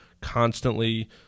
constantly